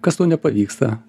kas tau nepavyksta